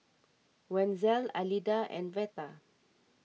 Wenzel Alida and Veta